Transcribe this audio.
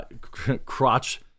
crotch